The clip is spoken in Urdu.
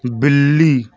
بلّی